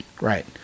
Right